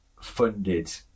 funded